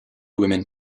women